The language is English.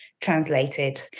translated